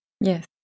Yes